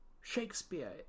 Shakespeare